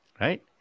Right